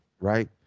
right